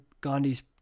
Gandhi's